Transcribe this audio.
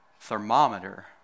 thermometer